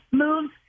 moves